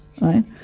right